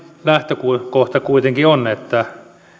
lähtökohta kuitenkin on että